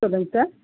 சொல்லுங்கள் சார்